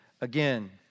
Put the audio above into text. again